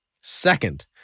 Second